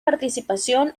participación